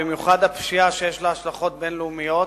במיוחד הפשיעה שיש לה השלכות בין-לאומיות,